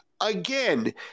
Again